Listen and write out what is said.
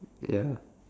yeah